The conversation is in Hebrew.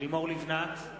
לימור לבנת,